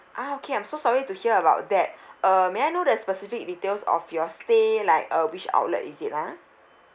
ah okay I'm so sorry to hear about that uh may I know the specific details of your stay like uh which outlet is it ah